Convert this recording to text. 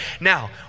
Now